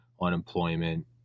unemployment